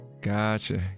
gotcha